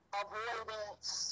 avoidance